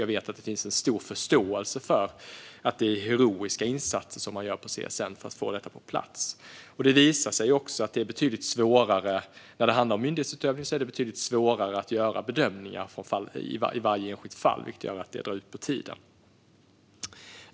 Jag vet att det finns stor förståelse för att det är heroiska insatser som görs på CSN för att få detta på plats. När det handlar om myndighetsutövning är det betydligt svårare att göra bedömningar i varje enskilt fall, vilket gör att det drar ut på tiden.